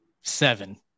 Seven